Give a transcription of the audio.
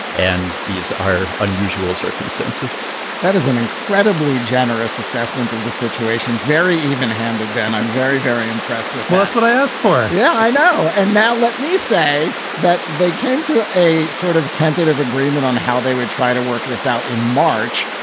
and these are unusual circumstances that is an incredibly generous assessment of the situation very even handed back. i'm very, very impressed. well, that's what i asked for. yeah, i know. and now let me say that they came to a sort of tentative agreement on how they would try to work this out in march.